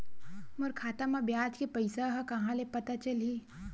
मोर खाता म ब्याज के पईसा ह कहां ले पता चलही?